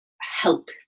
help